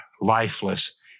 lifeless